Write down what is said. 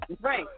right